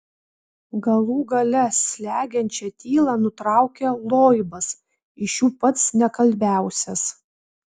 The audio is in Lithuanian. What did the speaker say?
galų gale slegiančią tylą nutraukė loibas iš jų pats nekalbiausias